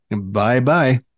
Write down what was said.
Bye-bye